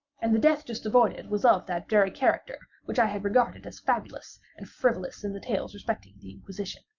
and the death just avoided, was of that very character which i had regarded as fabulous and frivolous in the tales respecting the inquisition.